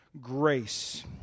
grace